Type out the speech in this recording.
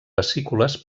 vesícules